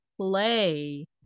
play